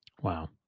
Wow